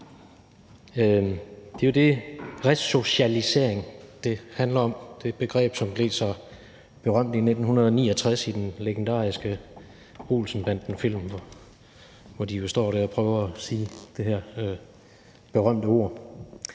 Det er jo det, resocialisering handler om. Det er et begreb, som blev så berømt i 1969 i den legendariske Olsen-banden-film, hvor de jo står der og prøver og sige det her berømte ord.